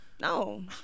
No